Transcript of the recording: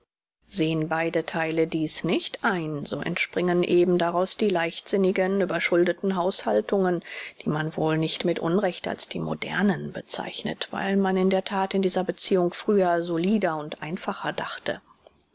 sehen beide theile dies nicht ein so entspringen eben daraus die leichtsinnigen überschuldeten haushaltungen die man wohl nicht mit unrecht als die modernen bezeichnet weil man in der that in dieser beziehung früher solider und einfacher dachte